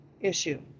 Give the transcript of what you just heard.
issue